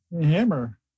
Hammer